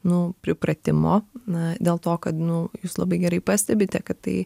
nu pripratimo na dėl to kad nu jūs labai gerai pastebite kad tai